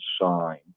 sign